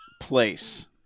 place